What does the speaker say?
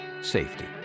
safety